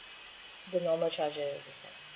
the normal charger will be fine